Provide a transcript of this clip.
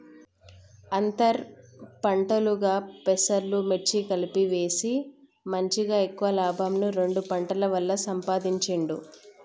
అంతర్ పంటలుగా పెసలు, మిర్చి కలిపి వేసి మంచిగ ఎక్కువ లాభంను రెండు పంటల వల్ల సంపాధించిండు